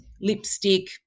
lipstick